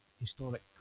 historic